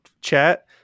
chat